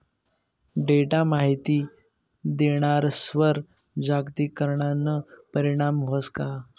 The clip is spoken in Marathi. डेटा माहिती देणारस्वर जागतिकीकरणना परीणाम व्हस का?